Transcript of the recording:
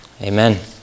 amen